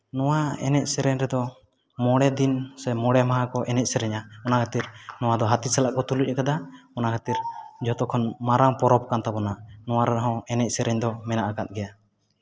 ᱱᱚᱣᱟ ᱮᱱᱮᱡ ᱥᱮᱨᱮᱧ ᱨᱮᱫᱚ ᱢᱚᱬᱮ ᱫᱤᱱ ᱥᱮ ᱢᱚᱬᱮ ᱢᱟᱦᱟ ᱠᱚ ᱮᱱᱮᱡ ᱥᱮᱨᱮᱧᱟ ᱚᱱᱟ ᱠᱷᱟᱹᱛᱤᱨ ᱱᱚᱣᱟ ᱫᱚ ᱦᱟᱹᱛᱤ ᱥᱟᱞᱟᱜ ᱠᱚ ᱛᱩᱞᱩᱡ ᱟᱠᱟᱫᱟ ᱚᱱᱟ ᱠᱷᱟᱹᱛᱤᱨ ᱡᱷᱚᱛᱚ ᱠᱷᱚᱱ ᱢᱟᱨᱟᱝ ᱯᱚᱨᱚᱵᱽ ᱠᱟᱱ ᱛᱟᱵᱚᱱᱟ ᱱᱚᱣᱟ ᱨᱮᱦᱚᱸ ᱮᱱᱮᱡ ᱥᱮᱨᱮᱧ ᱫᱚ ᱢᱮᱱᱟᱜ ᱟᱠᱟᱫ ᱜᱮᱭᱟ